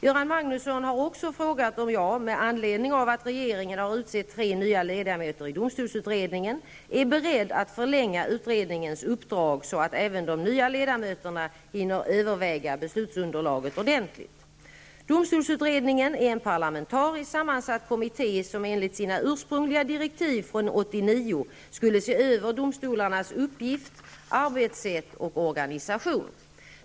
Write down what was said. Göran Magnusson har också frågat om jag -- med anledning av att regeringen har utsett tre nya ledamöter i domstolsutredningen -- är beredd att förlänga utredningens uppdrag så att även de nya ledamöterna hinner överväga beslutsunderlaget ordentligt. Domstolsutredningen är en parlamentariskt sammansatt kommitté som enligt sina ursprungliga direktiv från år 1989 skulle se över domstolarnas uppgifter, arbetssätt och organisation.